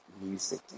music